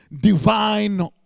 divine